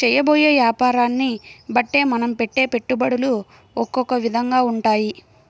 చేయబోయే యాపారాన్ని బట్టే మనం పెట్టే పెట్టుబడులు ఒకొక్క విధంగా ఉంటాయి